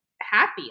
happy